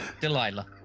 Delilah